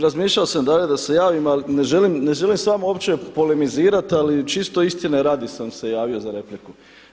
Razmišljao sam da li da se javim, ali ne želim s vama uopće polemizirati ali čito istine radi sam se javio za repliku.